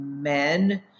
men